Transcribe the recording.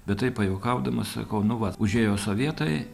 bet taip pajuokaudamas sakau nu vat užėjo sovietai